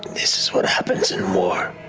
this is what happens in war.